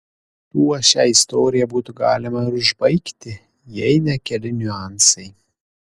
tuo šią istoriją būtų galima ir užbaigti jei ne keli niuansai